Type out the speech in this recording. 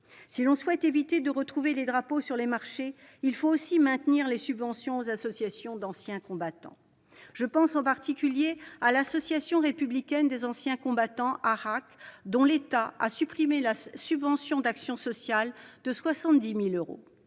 Si l'on souhaite prévenir la marchandisation des drapeaux sur les marchés, il faut aussi maintenir les subventions aux associations d'anciens combattants ! Je pense, en particulier, à l'Association républicaine des anciens combattants, l'ARAC, dont l'État a supprimé la subvention d'action sociale de 70 000 euros.